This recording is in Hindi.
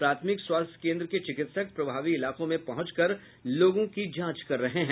प्राथमिक स्वास्थ्य केन्द्र के चिकित्सक प्रभावी इलाकों में पहुंच कर लोगों की जांच कर रहे हैं